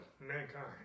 mankind